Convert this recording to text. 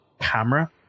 camera